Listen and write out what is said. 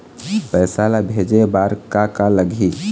पैसा ला भेजे बार का का लगही?